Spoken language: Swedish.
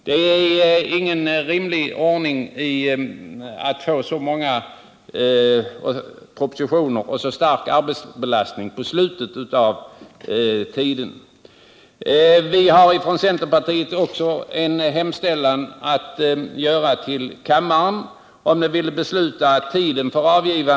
Det är ingen rimlig ordning att få så många propositioner och så stark arbetsbelastning i slutet av riksmötet. Vi har från centerpartiet också en hemställan att göra till kammaren, nämligen att riksdagen beslutar att motionstiden förlängst.o.m.